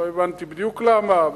לא הבנתי בדיוק למה.